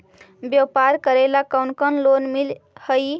व्यापार करेला कौन कौन लोन मिल हइ?